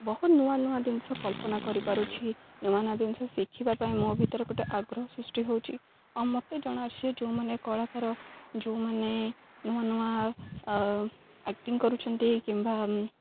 ମୁଁ ବହୁତ ନୂଆ ନୂଆ ଜିନିଷ କଳ୍ପନା କରିପାରୁଛି ନୂଆ ନୂଆ ଜିନିଷ ଶିଖିବା ପାଇଁ ମୋ ଭିତରେ ଗୋଟେ ଆଗ୍ରହ ସୃଷ୍ଟି ହେଉଛି ଆଉ ମୋତେ ଜଣା ଆସେ ଯେଉଁମାନେ କଳାକାର ଯେଉଁମାନେ ନୂଆ ନୂଆ ଆକ୍ଟିଙ୍ଗ କରୁଛନ୍ତି କିମ୍ବା